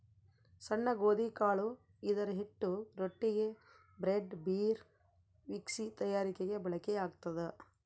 ಸಣ್ಣ ಗೋಧಿಕಾಳು ಇದರಹಿಟ್ಟು ರೊಟ್ಟಿಗೆ, ಬ್ರೆಡ್, ಬೀರ್, ವಿಸ್ಕಿ ತಯಾರಿಕೆಗೆ ಬಳಕೆಯಾಗ್ತದ